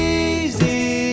easy